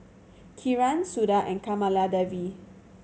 Kiran Suda and Kamaladevi